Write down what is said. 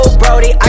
brody